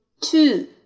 two